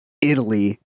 Italy